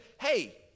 hey